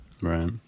Right